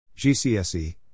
GCSE